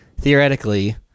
theoretically